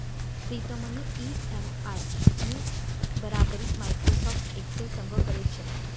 प्रीतमनी इ.एम.आय नी बराबरी माइक्रोसॉफ्ट एक्सेल संग करेल शे